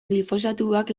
glifosatoak